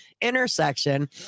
intersection